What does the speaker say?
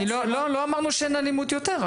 לא אמרנו שאין יותר אלימות.